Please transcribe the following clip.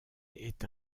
est